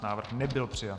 Návrh nebyl přijat.